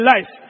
life